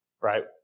right